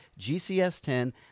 GCS10